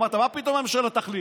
אמרת: מה פתאום הממשלה תחליט?